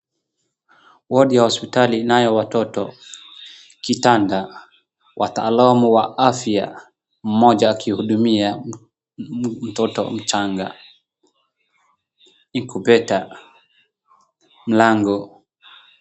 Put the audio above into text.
Wodi ya hospitali inayo watoto, kitanda, wataalam wa afya, mmoja akihudumia mtoto mchanga. Ni kubeta mlango